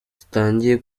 zitangiye